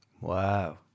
wow